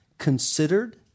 Considered